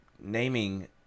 naming